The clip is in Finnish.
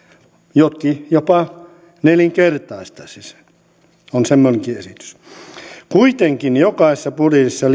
jotkut jopa nelinkertaistaisivat sen on semmoinenkin esitys kuitenkin jokaisessa budjetissa ja